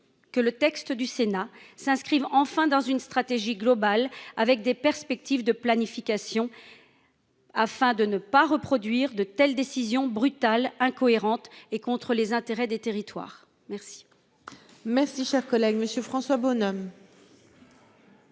que le texte du Sénat s'inscrive enfin dans une stratégie globale, avec des perspectives de planification, afin de ne pas reproduire de telles décisions brutales, incohérentes et contraires aux intérêts des territoires. La parole est à M. François Bonhomme,